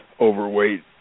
overweight